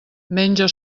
menja